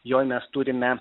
joj mes turime